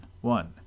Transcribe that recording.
one